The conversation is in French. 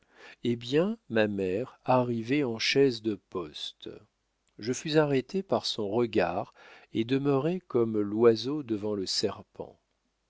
eh bien ma mère arrivait en chaise de poste je fus arrêté par son regard et demeurai comme l'oiseau devant le serpent